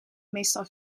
meestal